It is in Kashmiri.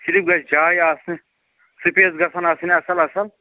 صِرف گژھِ جایہِ آسٕنۍ سُپیس گژھَن آسٕنۍ اَصٕل اَصٕل